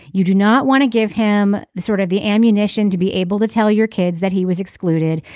you do not want to give him the sort of the ammunition to be able to tell your kids that he was excluded.